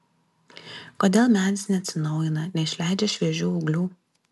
kodėl medis neatsinaujina neišleidžia šviežių ūglių